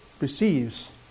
receives